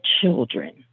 children